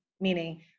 meaning